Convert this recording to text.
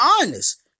honest